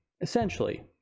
essentially